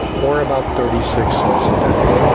or about thirty six cents a day.